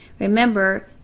remember